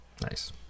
nice